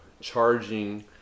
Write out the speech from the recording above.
charging